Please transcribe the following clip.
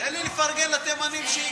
החוק שמונחת לפניכם היא אירוע היסטורי,